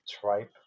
tripe